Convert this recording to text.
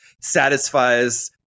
satisfies